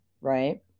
right